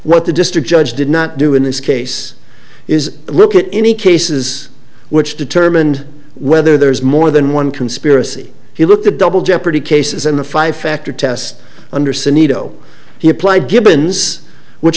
what the district judge did not do in this case is look at any cases which determined whether there was more than one conspiracy he looked at double jeopardy cases and the five factor test undersea nido he applied gibbons which